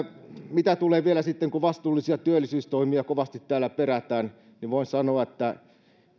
mitä tulee vielä sitten siihen kun vastuullisia työllisyystoimia kovasti täällä perätään niin voin sanoa että